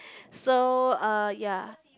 so uh ya